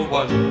one